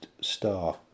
star